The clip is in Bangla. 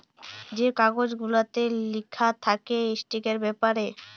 যে কাগজ গুলাতে লিখা থ্যাকে ইস্টকের ব্যাপারে